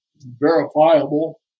verifiable